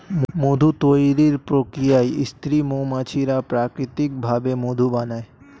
মধু তৈরির প্রক্রিয়ায় স্ত্রী মৌমাছিরা প্রাকৃতিক ভাবে মধু বানায়